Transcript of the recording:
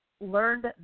learned